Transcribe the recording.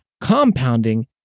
compounding